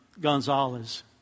Gonzalez